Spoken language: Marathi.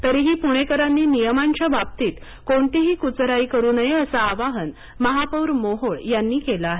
तरीही पुणेकरांनी नियमांच्या बाबतीत कोणतीही कुचराई करु नये असं आवाहन महापौर मोहोळ यांनी केले आहे